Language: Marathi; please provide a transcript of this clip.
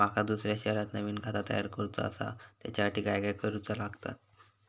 माका दुसऱ्या शहरात नवीन खाता तयार करूचा असा त्याच्यासाठी काय काय करू चा लागात?